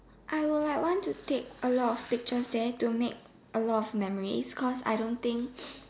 I will like want to take a lot of pictures there to make a lot of memories cause I don't think